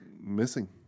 missing